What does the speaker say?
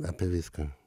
apie viską